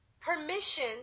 permission